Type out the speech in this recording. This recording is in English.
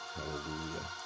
Hallelujah